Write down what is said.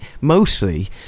mostly